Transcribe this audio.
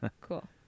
cool